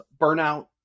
burnout